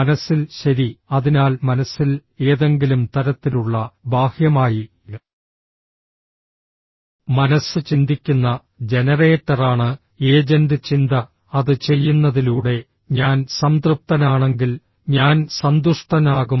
മനസ്സിൽ ശരി അതിനാൽ മനസ്സിൽ ഏതെങ്കിലും തരത്തിലുള്ള ബാഹ്യമായി മനസ്സ് ചിന്തിക്കുന്ന ജനറേറ്ററാണ് ഏജന്റ് ചിന്ത അത് ചെയ്യുന്നതിലൂടെ ഞാൻ സംതൃപ്തനാണെങ്കിൽ ഞാൻ സന്തുഷ്ടനാകും